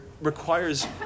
requires